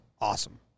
Awesome